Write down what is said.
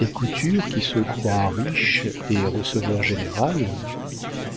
et couture qui se croit riche et receveur général